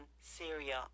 Syria